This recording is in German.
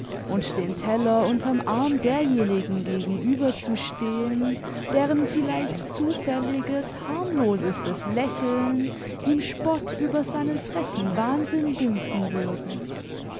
und den teller unterm arm derjenigen gegenüber zu stehen deren vielleicht zufälliges harmlosestes lächeln ihm spott über seinen frechen wahnsinn dünken würde